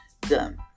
done